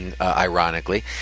ironically